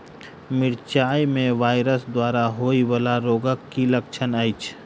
मिरचाई मे वायरस द्वारा होइ वला रोगक की लक्षण अछि?